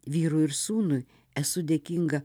vyrui ir sūnui esu dėkinga